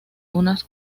unas